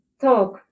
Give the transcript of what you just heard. talk